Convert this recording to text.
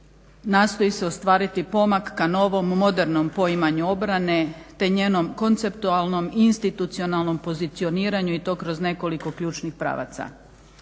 nastoji se ostvariti pomak ka novom modernom poimanju obrane te njenom konceptualnom i institucionalnom pozicioniranju i to kroz nekolik ključnih pravaca.